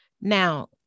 Now